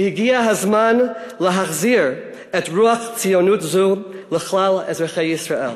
והגיע הזמן להחזיר רוח ציונות זו לכלל אזרחי ישראל.